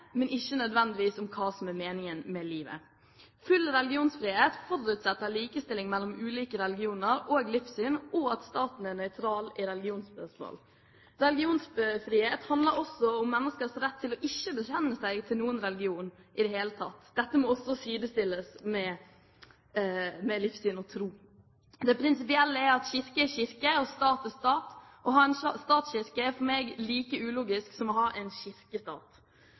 men ikke nødvendigvis om hva som er meningen med livet. Full religionsfrihet forutsetter likestilling mellom ulike religioner og livssyn, og det forutsetter at staten er nøytral i religionsspørsmål. Religionsfrihet handler også om menneskers rett til ikke å bekjenne seg til noen religion i det hele tatt. Dette må også sidestilles med livssyn og tro. Det prinsipielle er at kirke er kirke, og stat er stat. Å ha en statskirke er for meg like ulogisk som å ha en